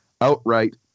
outright